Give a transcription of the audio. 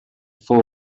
fou